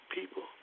people